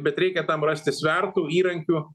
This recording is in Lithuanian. bet reikia tam rasti svertų įrankių